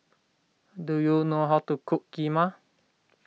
do you know how to cook Kheema